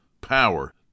power